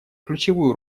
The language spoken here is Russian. ключевую